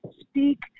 speak